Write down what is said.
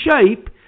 shape